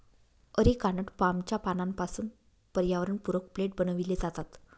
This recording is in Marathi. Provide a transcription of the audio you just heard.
अरिकानट पामच्या पानांपासून पर्यावरणपूरक प्लेट बनविले जातात